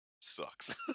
sucks